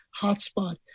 hotspot